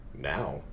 Now